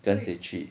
跟谁去